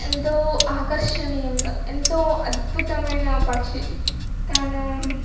ఎంతో ఆకర్షణీయంగా ఎంతో అద్భుతమైన పక్షి తను